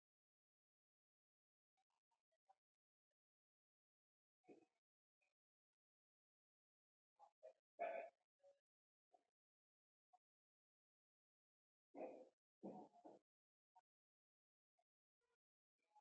Mwanamke mmoja amebeba mtoto wake mgongoni. Mwanaume mmoja amesimama karibu na mti. Watu wawili wanakimbia.